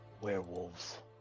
werewolves